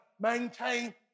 maintain